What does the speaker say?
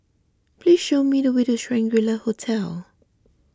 please show me the way to Shangri La Hotel